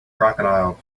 crocodile